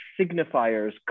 signifiers